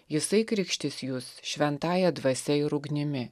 jisai krikštys jus šventąja dvasia ir ugnimi